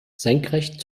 senkrecht